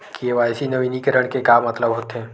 KYC नवीनीकरण के मतलब का होथे?